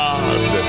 God